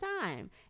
time